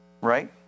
Right